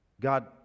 God